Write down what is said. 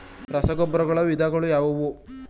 ರಸಗೊಬ್ಬರಗಳ ವಿಧಗಳು ಯಾವುವು?